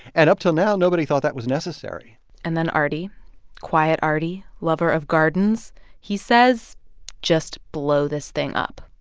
and up till now, nobody thought that was necessary and then arty quiet arty, lover of gardens he says just blow this thing up.